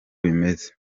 bimeze